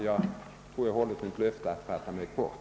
Jag har hållit mitt löfte att fatta mig kort.